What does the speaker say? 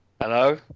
Hello